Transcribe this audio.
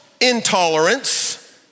intolerance